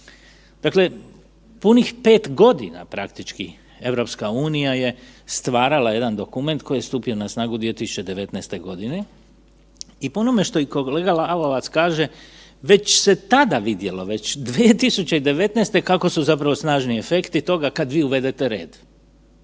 Dakle, punih 5 godina, praktički, EU je stvarala jedan dokument koji je stupio na snagu 2019. g. i po onome, što i kolega Lalovac kaže, već se tada vidjelo, već 2019. kako su zapravo snažni efekti toga kad vi uvedete red.